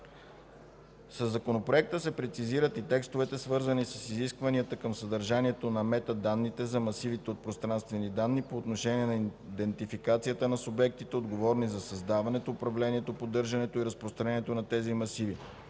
Със Законопроекта се прецизират и текстовете, свързани с изискванията към съдържанието на метаданните за масивите от пространствени данни, по отношение на идентификацията на субектите, отговорни за създаването, управлението, поддържането и разпространението на тези масиви.